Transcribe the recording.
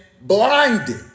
blinded